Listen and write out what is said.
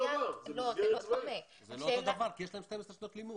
זה לא אותו דבר כי יש להם 12 שנות לימוד.